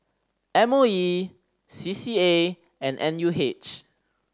M O E C C A and N U H